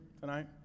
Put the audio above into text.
tonight